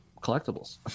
collectibles